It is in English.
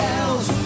else